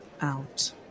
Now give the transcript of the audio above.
out